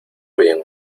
bien